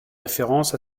référence